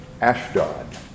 Ashdod